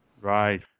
Right